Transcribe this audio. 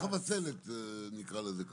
אבל